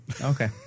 Okay